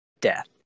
death